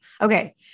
okay